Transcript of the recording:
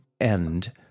end